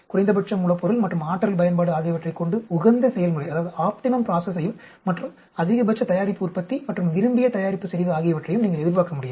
குறைந்தபட்ச மூலப்பொருள் மற்றும் ஆற்றல் பயன்பாடு ஆகியவற்றைக் கொண்டு உகந்த செயல்முறையையும் மற்றும் அதிகபட்ச தயாரிப்பு உற்பத்தி மற்றும் விரும்பிய தயாரிப்பு செறிவு ஆகியவற்றையும் நீங்கள் எதிர்பார்க்க முடியாது